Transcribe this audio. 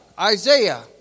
Isaiah